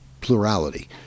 plurality